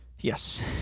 Yes